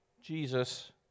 Jesus